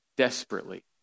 desperately